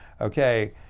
okay